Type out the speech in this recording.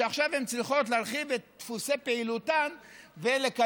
שעכשיו הן צריכות להרחיב את דפוסי פעילותן ולקיים